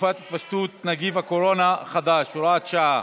בתקופת התפשטות נגיף הקורונה החדש (הוראת שעה).